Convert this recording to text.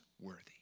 worthy